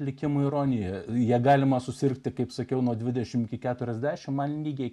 likimo ironija ją galima susirgti kaip sakiau nuo dvidešim iki keturiasdešim man lygiai